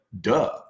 duh